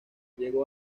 llegó